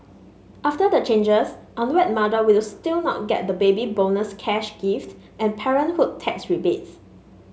after the changes unwed mothers will still not get the Baby Bonus cash gift and parenthood tax rebates